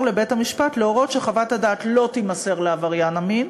לבית-המשפט להורות שחוות הדעת לא תימסר לעבריין המין,